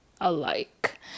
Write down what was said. alike